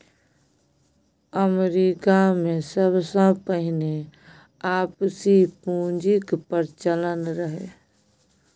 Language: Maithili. अमरीकामे सबसँ पहिने आपसी पुंजीक प्रचलन रहय